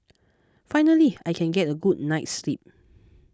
finally I can get a good night's sleep